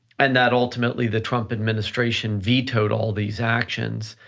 and that ultimately, the trump administration vetoed all these actions,